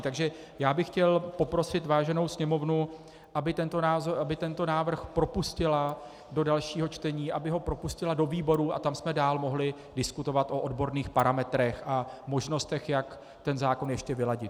Takže bych chtěl poprosit váženou Sněmovnu, aby tento návrh propustila do dalšího čtení, aby ho propustila do výborů a tam jsme dál mohli diskutovat o odborných parametrech a možnostech, jak ten zákon ještě vyladit.